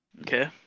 Okay